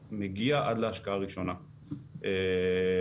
ראינו שבאמת קבוצת החברות